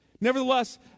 Nevertheless